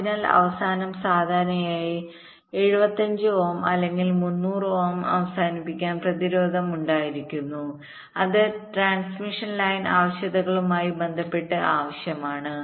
അതിനാൽ അവസാനം സാധാരണയായി 75 ഓം അല്ലെങ്കിൽ 300 ഓം അവസാനിപ്പിക്കൽ പ്രതിരോധം ഉണ്ടായിരുന്നു അത് ട്രാൻസ്മിഷൻ ലൈൻ ആവശ്യകതകളുമായി ബന്ധപ്പെട്ട് ആവശ്യമാണ്